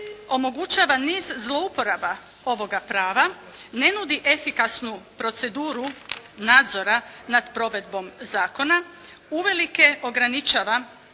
omogućava niz zlouporaba ovoga prava, ne nudi efikasnu proceduru nadzora nad provedbom zakona, uvelike ograničava